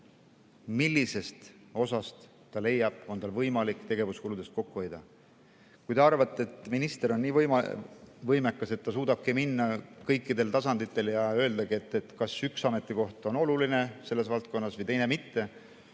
millises osas ta leiab, et on võimalik tegevuskulusid kokku hoida. Te arvate, et minister on nii võimekas, et ta suudabki minna kõikidele tasanditele ja öeldagi, et kas üks ametikoht on selles valdkonnas oluline või teine mitte.